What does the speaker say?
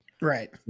Right